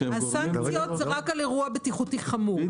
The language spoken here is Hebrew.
הסנקציות הן רק על אירוע בטיחותי חמור.